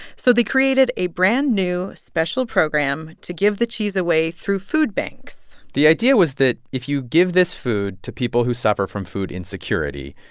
so they created a brand-new special program to give the cheese away through food banks the idea was that if you give this food to people who suffer from food insecurity,